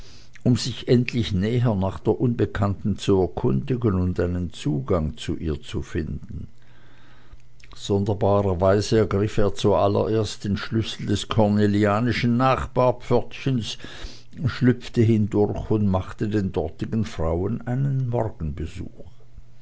um sich endlich näher nach der unbekannten zu erkundigen und einen zugang zu ihr zu finden sonderbarerweise ergriff er zuallererst den schlüssel des cornelianischen nachbarpförtchens schlüpfte hindurch und machte den dortigen frauen einen